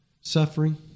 suffering